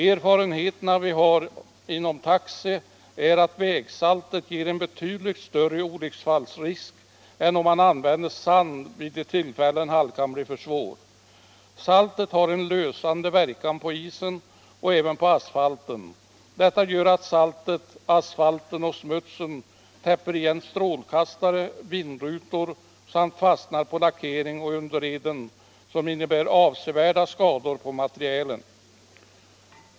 Erfarenheterna vi har inom taxi är att vägsaltet ger en betydligt större ulycksfallsrisk än om man använder sand vid de tillfällen halkan blir för svår. Saltet har en lösande verkan på isen och även på asfalten. Detta gör att saltet, asfalten och smutsen täpper igen strålkastare, vindrutor samt fastnar på lackering och underreden som innebär avsevärda skador på materielen.